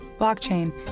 blockchain